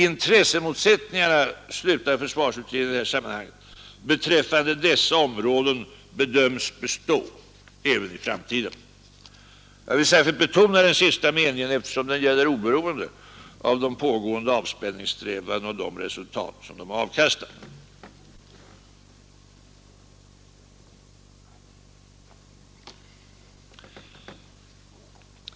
Intressemotsättningarna i fråga om dessa områden bedöms bestå även i framtiden.” Jag vill särskilt betona den sista meningen, eftersom den gäller oberoende av de pågående avspänningssträvandena och de resultat de avkastar.